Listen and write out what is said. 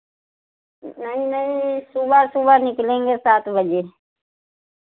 नहीं नहीं सुबह सुबह निकलेंगे सात बजे